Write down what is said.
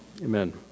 Amen